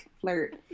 flirt